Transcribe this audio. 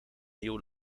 nieuw